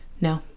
no